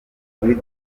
muri